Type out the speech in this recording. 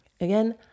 Again